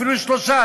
אפילו שלושה,